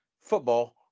football